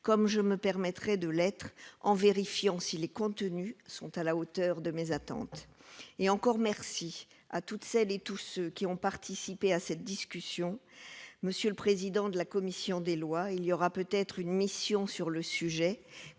comme je me permettrai de l'être, en vérifiant si les contenus sont à la hauteur de mes attentes et encore merci à toutes celles et tous ceux qui ont participé à cette discussion, monsieur le président de la commission des lois, il y aura peut-être une mission sur le sujet